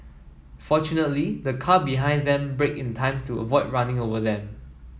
fortunately the car behind them braked in time to avoid running them over